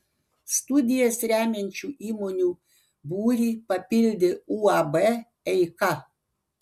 studijas remiančių įmonių būrį papildė uab eika